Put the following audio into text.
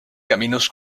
caminos